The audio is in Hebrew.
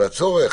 והצורך,